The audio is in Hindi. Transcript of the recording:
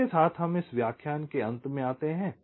इसके साथ हम इस व्याख्यान के अंत में आते हैं